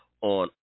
on